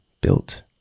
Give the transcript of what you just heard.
built